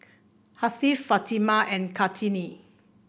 Hasif Fatimah and Kartini